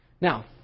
Now